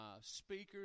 speakers